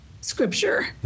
scripture